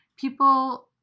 people